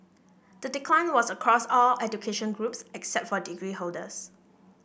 the decline was across all education groups except for degree holders